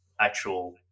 actual